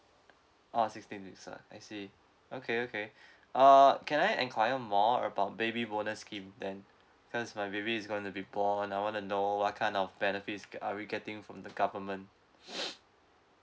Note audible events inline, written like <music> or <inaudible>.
ah sixteen weeks ah I see okay okay uh can I inquire more about baby bonus scheme then because my baby is gonna be born I wanna know what kind of benefits g~ are we getting from the government <noise>